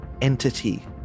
entity